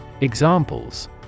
Examples